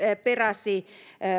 peräsi